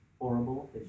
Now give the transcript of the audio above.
horrible